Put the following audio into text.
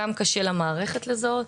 גם קשה למערכת לזהות.